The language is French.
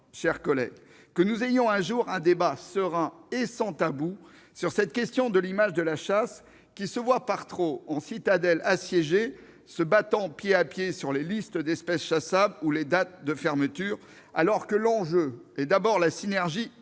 chers collègues, que nous ayons un jour un débat serein et sans tabou sur cette question de l'image de la chasse, laquelle se considère trop comme une citadelle assiégée, se battant pied à pied sur les listes d'espèces chassables ou les dates de chasse, alors que l'enjeu est d'abord la synergie entre